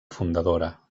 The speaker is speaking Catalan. fundadora